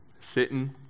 sitting